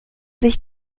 sich